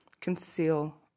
conceal